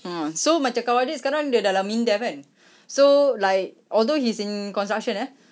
ah so macam kawan adik sekarang dia dalam MINDEF kan so like although he's in construction eh